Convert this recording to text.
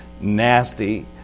nasty